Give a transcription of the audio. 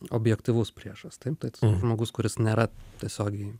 objektyvus priešas taip tai žmogus kuris nėra tiesiogiai